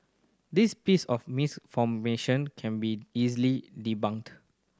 this piece of can be easily debunked